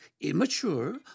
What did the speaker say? immature